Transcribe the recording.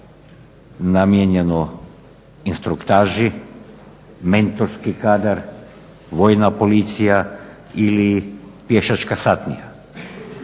namijenjeno instruktaži, mentorski kadar, Vojna policija ili pješačka satnija.